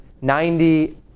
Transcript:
ninety